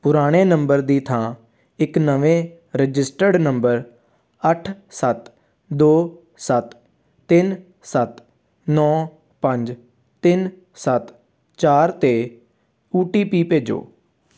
ਪੁਰਾਣੇ ਨੰਬਰ ਦੀ ਥਾਂ ਇੱਕ ਨਵੇਂ ਰਜਿਸਟਰਡ ਨੰਬਰ ਅੱਠ ਸੱਤ ਦੋ ਸੱਤ ਤਿੰਨ ਸੱਤ ਨੌਂ ਪੰਜ ਤਿੰਨ ਸੱਤ ਚਾਰ 'ਤੇ ਓ ਟੀ ਪੀ ਭੇਜੋ